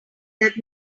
that